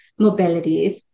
mobilities